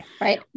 right